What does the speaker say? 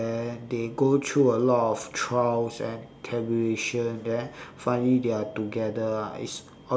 then they go through a lot of trials and tribulation and then finally they are together ah it's